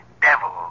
devil